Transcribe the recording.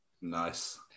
Nice